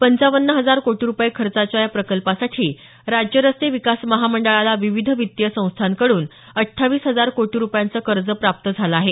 पंचावन्न हजार कोटी रुपये खर्चाच्या या प्रकल्पासाठी राज्य रस्ते विकास महामंडळाला विविध वित्तीय संस्थांकडून अठ्ठावीस हजार कोटी रुपयांचं कर्ज प्राप्त झालं आहे